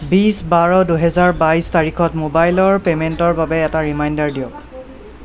বিছ বাৰ দুহেজাৰ বাইছ তাৰিখত মোবাইলৰ পে'মেণ্টৰ বাবে এটা ৰিমাইণ্ডাৰ দিয়ক